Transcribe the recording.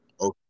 Okay